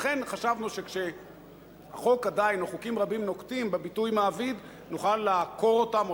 לכן חשבנו שכשחוקים רבים נוקטים את הביטוי "מעביד" נוכל לעקור אותם,